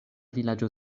vilaĝo